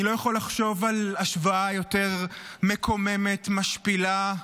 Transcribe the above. אני לא יכול לחשוב על השוואה יותר מקוממת, משפילה,